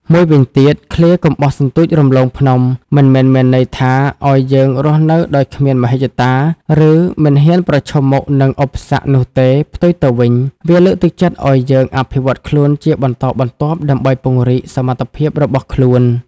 មួយវិញទៀតឃ្លា កុំបោះសន្ទូចរំលងភ្នំ មិនមែនមានន័យថាឲ្យយើងរស់នៅដោយគ្មានមហិច្ឆតា ឬមិនហ៊ានប្រឈមមុខនឹងឧបសគ្គនោះទេ ផ្ទុយទៅវិញ វាលើកទឹកចិត្តឲ្យយើងអភិវឌ្ឍខ្លួនជាបន្តបន្ទាប់ដើម្បីពង្រីកសមត្ថភាពរបស់ខ្លួន។